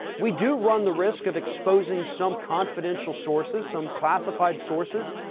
we do run the risk of exposing some confidential sources, some classified sources,